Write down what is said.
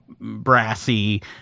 brassy